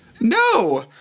No